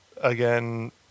again